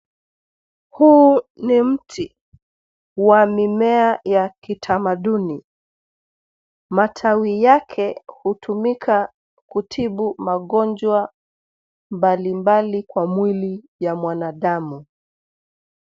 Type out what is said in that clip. Huu ni mti wa mimea ya kitamaduni. Matawi yake hutumika kutibu magonjwa mbalimbali kwa mwili wa mwanadamu.